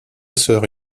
sœur